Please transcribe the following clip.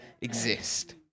exist